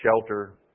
shelter